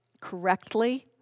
correctly